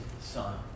son